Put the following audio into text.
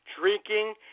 Drinking